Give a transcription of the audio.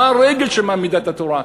מה הרגל שמעמידה את התורה?